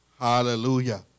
Hallelujah